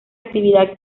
actividad